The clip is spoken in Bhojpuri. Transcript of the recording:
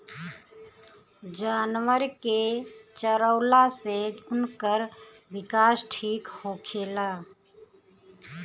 जानवर के चरवला से उनकर विकास ठीक होखेला